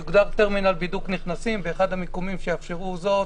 יוגדר טרמינל בידוק נכנסים באחד המיקומים שיאפשרו זאת.